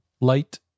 light